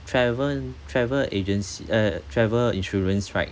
travel n~ travel agency uh travel insurance right